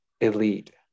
elite